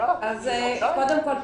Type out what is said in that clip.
קודם כל,